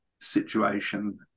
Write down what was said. situation